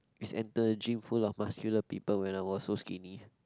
is enter a gym full of muscular people when I was so skinny